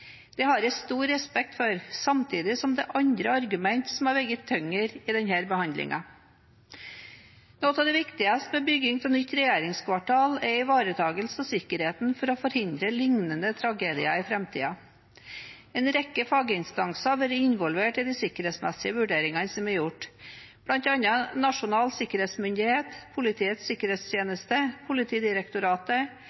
Det har jeg stor respekt for, samtidig som det er andre argumenter som har veid tyngre i denne behandlingen. Noe av det viktigste ved bygging av nytt regjeringskvartal er ivaretakelse av sikkerheten for å forhindre liknende tragedier i framtiden. En rekke faginstanser har vært involvert i de sikkerhetsmessige vurderingene som er gjort, bl.a. Nasjonal sikkerhetsmyndighet, Politiets